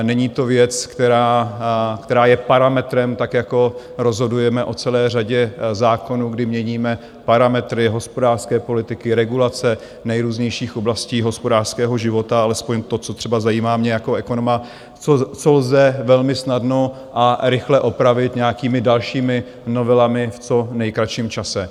Není to věc, která je parametrem, tak jako rozhodujeme o celé řadě zákonů, kdy měníme parametry hospodářské politiky, regulace nejrůznějších oblastí hospodářského života, alespoň to, co třeba zajímá mě jako ekonoma, co lze velmi snadno a rychle opravit nějakými dalšími novelami v co nejkratším čase.